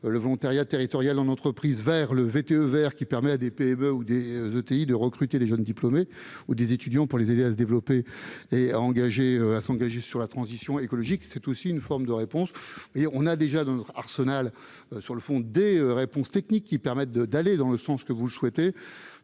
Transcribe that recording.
le volontariat territoriale en entreprise vers le VTT vers qui permet à des Pays-Bas ou des ETI de recruter des jeunes diplômés ou des étudiants pour les aider à se développer et à engager à s'engager sur la transition écologique, c'est aussi une forme de réponse et on a déjà dans leur arsenal sur le fond des réponses techniques qui permettent de d'aller dans le sens que vous souhaitez,